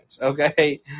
okay